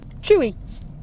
chewy